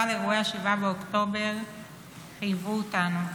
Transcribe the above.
אבל אירועי 7 באוקטובר חייבו אותנו,